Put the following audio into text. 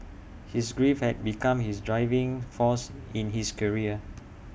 his grief had become his driving force in his career